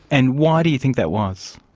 and why do you think that was?